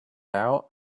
out